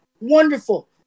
Wonderful